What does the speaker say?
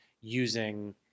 using